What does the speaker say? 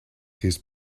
his